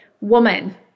woman